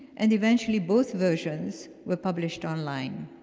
and eventually, both versions were published online.